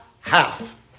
half